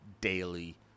daily